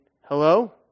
hello